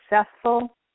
successful